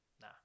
nah